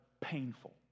painful